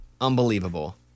Unbelievable